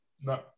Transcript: No